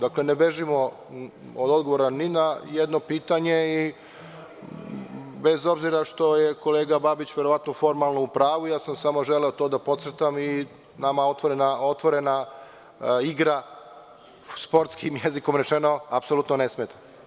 Dakle, ne bežimo od odgovora ni na jedno pitanje i bez obzira što je kolega Babić formalno u pravu, samo sam želeo to da podvučem i nama otvorena igra, sportskim jezikom rečeno, apsolutno ne smeta.